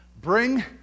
Bring